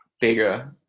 bigger